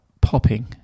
popping